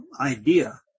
idea